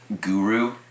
guru